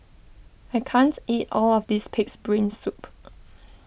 I can't eat all of this Pig's Brain Soup